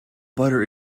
butter